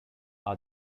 are